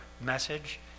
message